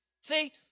See